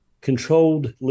controlled